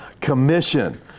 Commission